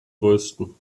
größten